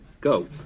Go